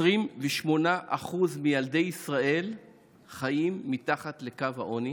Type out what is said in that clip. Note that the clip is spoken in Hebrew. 28% מילדי ישראל חיים מתחת לקו העוני,